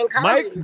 Mike